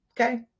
Okay